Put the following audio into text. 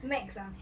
max~ ah